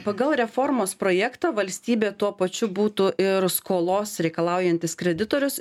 pagal reformos projektą valstybė tuo pačiu būtų ir skolos reikalaujantis kreditorius